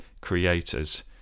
creators